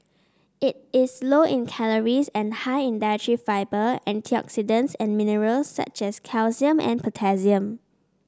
it is low in calories and high in dietary fibre antioxidants and minerals such as calcium and potassium